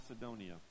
Macedonia